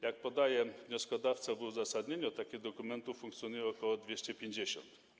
Jak podaje wnioskodawca w uzasadnieniu, takich dokumentów funkcjonuje ok. 250.